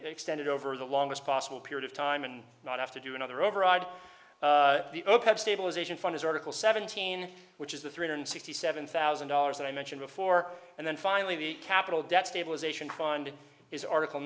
extended over the longest possible period of time and not have to do another override the opec stabilization fund is article seventeen which is the three hundred sixty seven thousand dollars that i mentioned before and then finally the capital debt stabilization fund is article